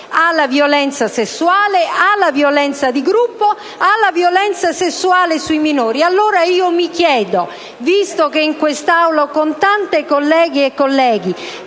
alla violenza sessuale, alla violenza di gruppo, alla violenza sessuale sui minori, mi chiedo allora: visto che in questa Aula, con tante colleghe e colleghi,